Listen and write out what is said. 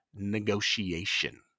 negotiation